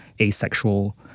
asexual